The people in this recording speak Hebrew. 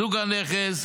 סוג הנכס,